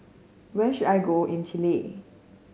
where should I go in Chile